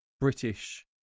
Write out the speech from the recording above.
British